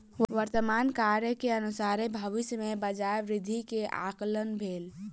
वर्तमान कार्य के अनुसारे भविष्य में बजार वृद्धि के आंकलन भेल